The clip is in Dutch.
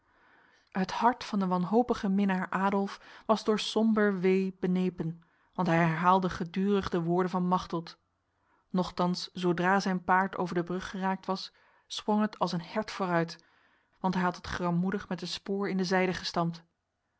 het hart van de wanhopige minnaar adolf was door somber wee benepen want hij herhaalde gedurig de woorden van machteld nochtans zodra zijn paard over de brug geraakt was sprong het als een hert vooruit want hij had het grammoedig met de spoor in de zijde gestampt